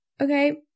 Okay